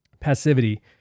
passivity